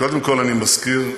קודם כול, אני מזכיר,